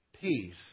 peace